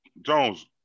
Jones